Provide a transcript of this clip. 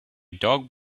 dog